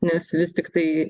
nes vis tiktai